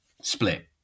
split